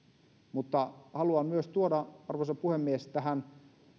mutta haluan tuoda arvoisa puhemies tähän